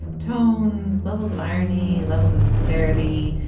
tone's levels of irony, levels of sincerity.